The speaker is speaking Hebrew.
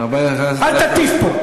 אל תטיף פה.